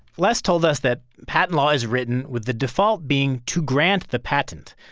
les told us that patent law is written with the default being to grant the patent.